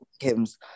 Kim's